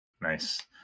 nice